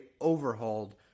overhauled